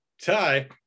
Ty